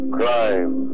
crime